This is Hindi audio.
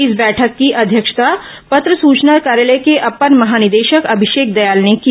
इस बैठक की अध्यक्षता पत्र सचना कार्यालय के अपर महानिदेशक अभिषेक दयाल ने की